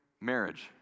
marriage